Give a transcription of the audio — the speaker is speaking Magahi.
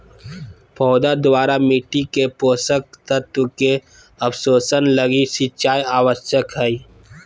पौधा द्वारा मिट्टी से पोषक तत्व के अवशोषण लगी सिंचाई आवश्यक हइ